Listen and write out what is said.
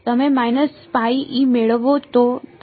તમે મેળવો